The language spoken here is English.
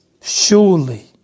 Surely